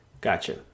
gotcha